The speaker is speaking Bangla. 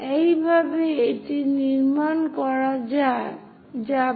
এইভাবে এটি নির্মাণ করা যাবে